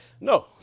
No